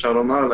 אפשר לומר,